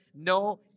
No